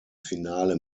finale